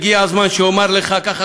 הגיע הזמן שאומר לך ככה,